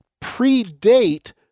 predate